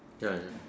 ya ya